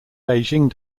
beijing